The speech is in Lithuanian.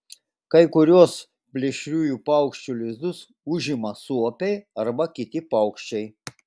kai kuriuos plėšriųjų paukščių lizdus užima suopiai arba kiti paukščiai